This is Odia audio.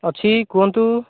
ଅଛି କୁହନ୍ତୁ